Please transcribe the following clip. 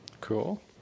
Cool